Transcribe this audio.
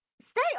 stay